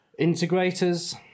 integrators